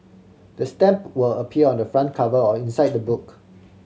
the stamp will appear on the front cover or inside the book